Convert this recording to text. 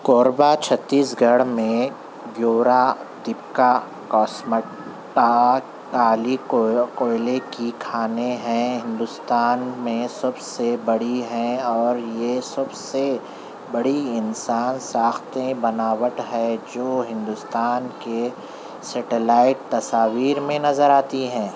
Korba Chhattisgarh میں گیورا دپکا کوسمٹا کالی کوئے کوئلے کی کھانیں ہیں ہندوستان میں سب سے بڑی ہیں اور یہ سب سے بڑی انسان ساختیں بناوٹ ہے جو ہندوستان کے سیٹلائٹ تصاویر میں نظر آتی ہیں